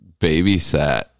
babysat